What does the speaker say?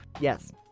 Yes